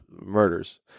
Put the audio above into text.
Murders